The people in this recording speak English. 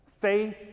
faith